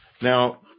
now